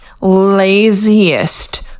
laziest